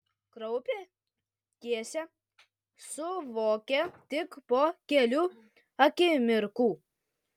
kraupią tiesą suvokė tik po kelių akimirkų